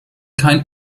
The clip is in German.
kein